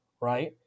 right